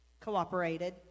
cooperated